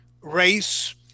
race